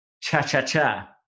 Cha-cha-cha